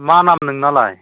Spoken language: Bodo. मा नाम नोंनालाय